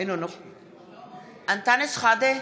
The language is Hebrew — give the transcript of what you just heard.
אינה נוכחת אלון שוסטר, אינו נוכח אנטאנס שחאדה,